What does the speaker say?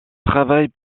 travaille